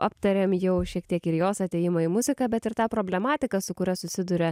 aptarėm jau šiek tiek ir jos atėjimą į muziką bet ir tą problematiką su kuria susiduria